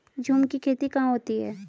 झूम की खेती कहाँ होती है?